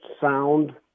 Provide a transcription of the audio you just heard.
sound